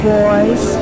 boys